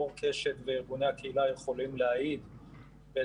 חקיקה ממשלתית.